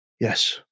Yes